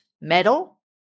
metal